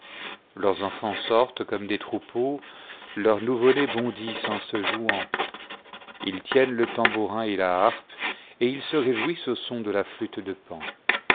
leurs enfants sortent comme dts troupeaux leurs nouveau-nés bondissent en se jouant ils tiennent le tambourin et la liarpe et ils se réjouissent au son de la flûte de pan